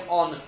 on